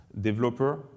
developer